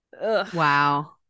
Wow